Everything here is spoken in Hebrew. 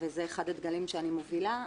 וזה אחד הדגלים שאני מובילה,